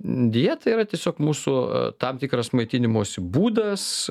dieta yra tiesiog mūsų tam tikras maitinimosi būdas